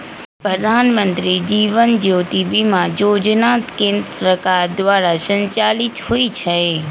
प्रधानमंत्री जीवन ज्योति बीमा जोजना केंद्र सरकार द्वारा संचालित होइ छइ